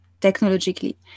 technologically